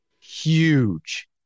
huge